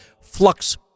flux